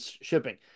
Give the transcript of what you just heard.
shipping